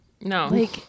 No